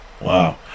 Wow